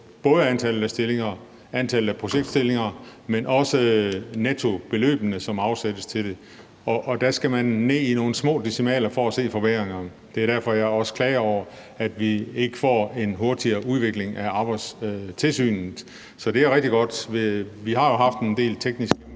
på antallet af stillinger, antallet af projektstillinger, men også på nettobeløbene, som afsættes til det, og der skal man ned i nogle små decimaler for at se forbedringerne. Det er også derfor, jeg klager over, at vi ikke får en hurtigere udvikling af Arbejdstilsynet. Så det er rigtig godt. Vi har jo haft en del tekniske